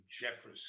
jefferson